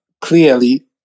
clearly